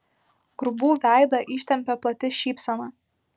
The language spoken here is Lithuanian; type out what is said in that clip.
grubų veidą ištempė plati šypsena